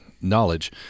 knowledge